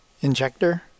injector